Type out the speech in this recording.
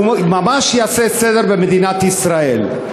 הוא ממש יעשה סדר במדינת ישראל.